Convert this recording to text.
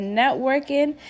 networking